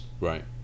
Right